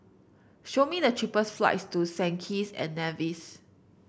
show me the cheapest flights to Saint Kitts and Nevis